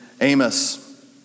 Amos